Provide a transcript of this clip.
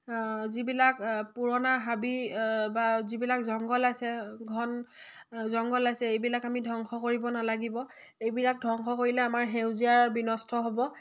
যিবিলাক পুৰণা হাবি বা যিবিলাক জংঘল আছে ঘন জংঘল আছে এইবিলাক আমি ধ্বংস কৰিব নালাগিব এইবিলাক ধ্বংস কৰিলে আমাৰ সেউজীয়াৰ বিনষ্ট হ'ব